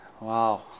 Wow